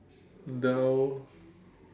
Dell